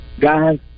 Guys